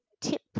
tip